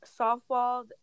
softball